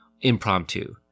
impromptu